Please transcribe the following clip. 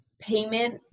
payment